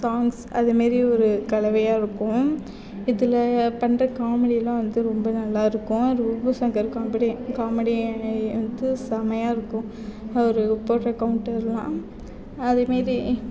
songs அது மாதிரி ஒரு கலவையாயிருக்கும் இதில் பண்ணுற காமெடியெல்லாம் வந்து ரொம்ப நல்லாயிருக்கும் ரோபோ ஷங்கர் காமெடி காமெடி வந்து செமையாருக்கும் ஒரு போடுற கவுண்டரெல்லாம் அதே மாரி